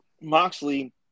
Moxley